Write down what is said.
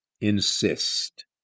insist